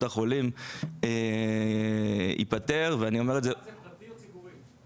החולים ייפתר --- זה פרטי או ציבורי?